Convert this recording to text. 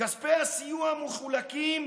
כספי הסיוע מחולקים